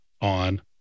on